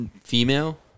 female